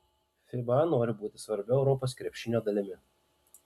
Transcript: fiba nori būti svarbia europos krepšinio dalimi